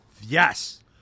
Yes